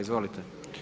Izvolite.